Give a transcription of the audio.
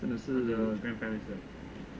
真的是 grandparents 的